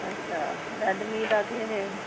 अच्छा रैडमीं दा